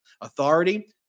authority